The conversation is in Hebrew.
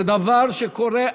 זה דבר שקורה.